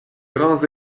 grands